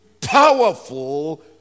powerful